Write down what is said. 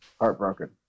Heartbroken